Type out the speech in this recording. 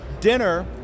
dinner